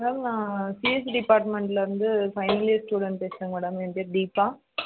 madam CSC டிபார்ட்மென்ட்லருந்து final year student பேசுகிறேன் madam என் பேர் தீபா